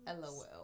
LOL